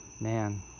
man